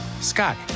Scott